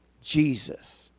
Jesus